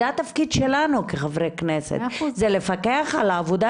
זה התפקיד שלנו כחברי כנסת: לפקח על העבודה